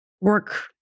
work